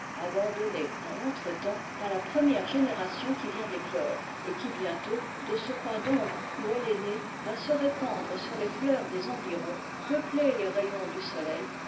lonnées dans lentre temps par la prei e génération qui vient d'éclore et qui bientôt de ce coin d'ombre oîi elle est née va la vie des abeilles se répandre sur les fleurs des environs peupler les rayons du soleil